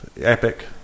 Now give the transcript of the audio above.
epic